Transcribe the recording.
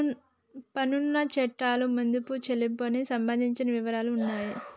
పన్నుల చట్టాలు మదింపు చెల్లింపునకు సంబంధించిన వివరాలు ఉన్నాయి